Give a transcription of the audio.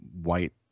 white